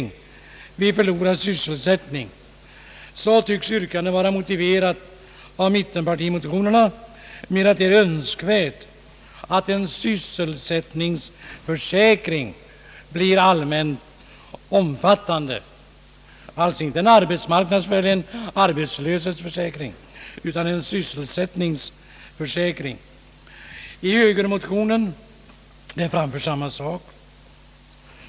vid förlorad sysselsättning tycks yrkandet vara motiverat i mittenpartimotionerna med att det är önskvärt att en sysselsättningsförsäkring blir allmänt omfattande. Det gäller alltså inte en arbetslöshetsförsäkring utan en sSysselsättningsförsäkring. I högermotionerna framförs samma sak.